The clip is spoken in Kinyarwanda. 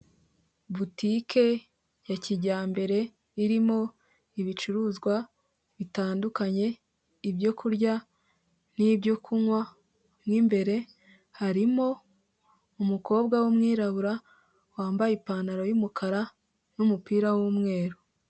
Butike ya kijyambere irimo ibicuruzwa bitandukanye ibyo kurya n'ibyo kunywa, mu imbere harimo umukobwa w'umwirabura wambaye ipantaro y'umukara n'umupira w'umweru.